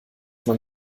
man